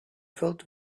felt